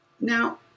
Now